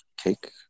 cake